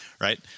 right